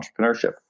entrepreneurship